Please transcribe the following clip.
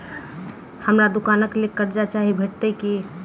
हमरा दुकानक लेल कर्जा चाहि भेटइत की?